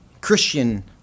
Christian